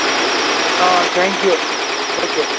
ಹಾಂ thank you okay